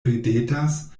ridetas